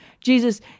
Jesus